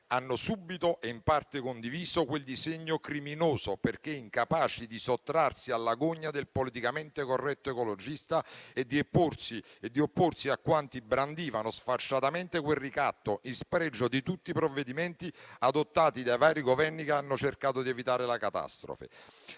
hanno subito e in parte condiviso quel disegno criminoso, perché incapaci di sottrarsi alla gogna del politicamente corretto ecologista e di opporsi a quanti brandivano sfacciatamente quel ricatto, in spregio di tutti i provvedimenti adottati dai vari Governi che hanno cercato di evitare la catastrofe.